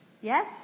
Yes